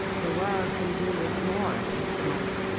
the world can do with more of his kind.